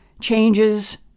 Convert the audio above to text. changes